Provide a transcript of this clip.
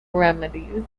remedies